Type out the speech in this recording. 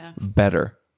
better